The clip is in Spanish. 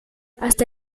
hasta